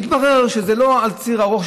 מתברר שזה לא על ציר ארוך,